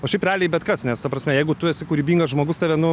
o šiaip realiai bet kas nes ta prasme jeigu tu esi kūrybingas žmogus tave nu